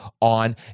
on